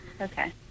Okay